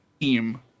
team